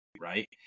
Right